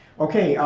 okay,